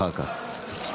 אחר כך.